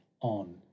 on